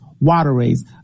waterways